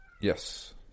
Yes